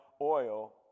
oil